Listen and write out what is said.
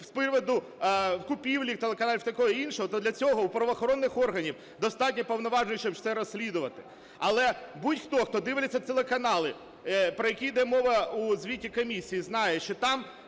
з приводу купівлі телеканалів і такого іншого, то для цього в правоохоронних органів достатньо повноважень, щоб це розслідувати. Але будь-хто, хто дивиться телеканали, про які йде мова у звіті комісії, знає, що там